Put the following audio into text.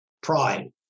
Pride